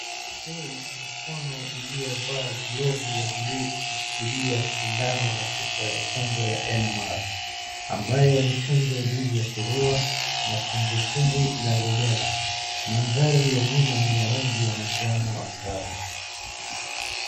Huu ni mkono ilio vaa glovu ya buluu, ikishikilia sindano na chupa ya chanjo ya MMR , ambayo ni chanjo dhidi ya surua, matumbwitumbwi na rubela, mandhari ya nyuma ni rangi ya manjano angavu.